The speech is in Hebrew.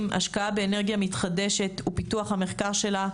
- השקעה באנרגיה מתחדשת ופיתוח המחקר שלה,